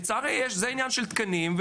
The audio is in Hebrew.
לצערי זה עניין של תקנים.